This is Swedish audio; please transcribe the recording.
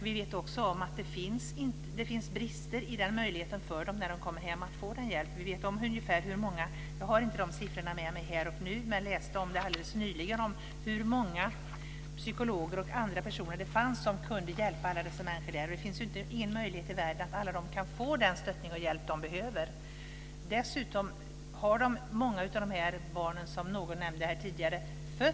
Vi vet om att det finns brister i möjligheten för dem att få hjälp när de kommer hem. Jag har inte siffrorna med mig här och nu, men jag läste alldeles nyligen om hur många psykologer och andra personer det fanns som kunde hjälpa alla dessa människor där. Det finns ingen möjlighet i världen att alla kan få den stöttning och hjälp som de behöver. Dessutom har många av dessa barn fötts här i Sverige, som någon nämnde här tidigare.